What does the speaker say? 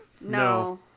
No